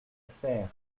serres